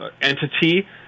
entity